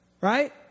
Right